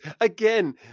again